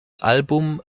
album